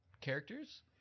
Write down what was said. characters